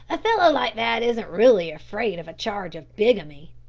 a fellow like that isn't really afraid of a charge of bigamy.